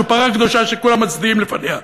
שהוא פרה קדושה שכולם מצדיעים לפניה,